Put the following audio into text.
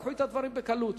לקחו את הדברים בקלות.